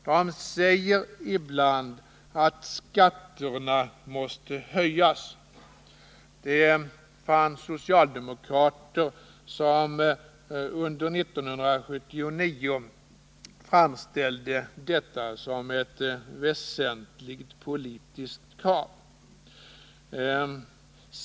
De säger ibland att skatterna måste höjas — det fanns socialdemokrater som under 1979 framställde detta som ett väsentligt politiskt krav.